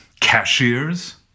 cashiers